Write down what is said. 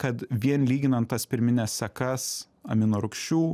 kad vien lyginant tas pirmines sekas aminorūgščių